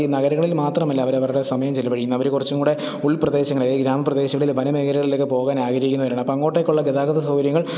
നഗരങ്ങളിൽ മാത്രമല്ല അവരവരുടെ സമയം ചിലവഴിക്കുന്നത് അവർ കുറച്ചുംകൂടി ഉൾപ്രദേശങ്ങളെ അല്ലെങ്കിൽ ഗ്രാമപ്രദേശങ്ങളിലും വനമേഖലകളിലൊക്കെ പോകാൻ ആഗ്രഹിക്കുന്നവരാണ് അപ്പം അങ്ങോട്ടേക്കുള്ള ഗതാഗത സൗകര്യങ്ങൾ